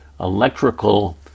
electrical